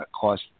Cost